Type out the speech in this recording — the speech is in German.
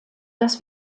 dass